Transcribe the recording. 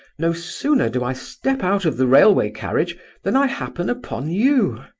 no sooner do i step out of the railway carriage than i happen upon you!